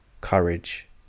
courage